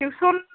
tuition